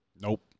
Nope